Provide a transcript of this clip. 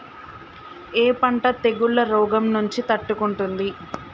ఏ పంట తెగుళ్ల రోగం నుంచి తట్టుకుంటుంది?